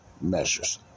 measures